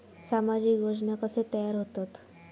सामाजिक योजना कसे तयार होतत?